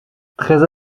très